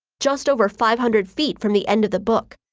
just over five hundred feet from the end of the book.